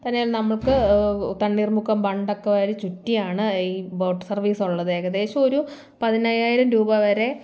തന്നെയല്ല നമ്മൾക്ക് തണ്ണീർമുക്കം ബണ്ട് ഒക്കെ വരെ ചുറ്റിയാണ് ഈ ബോട്ട് സർവീസ് ഉള്ളത് ഏകദേശം ഒരു പതിനയ്യായിരം രൂപ വരെ